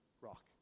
rock